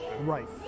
Right